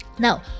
Now